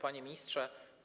Panie Ministrze!